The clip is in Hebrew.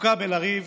עסוקה בלריב